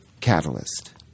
catalyst